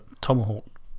Tomahawk